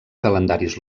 calendaris